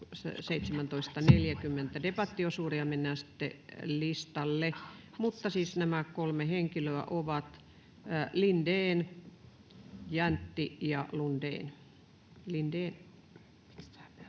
17.40 debattiosuuden, ja mennään sitten listalle. Mutta siis nämä kolme henkilöä ovat Lindén, Jäntti ja Lundén. — Lindén. Arvoisa